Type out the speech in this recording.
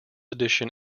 edition